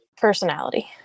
personality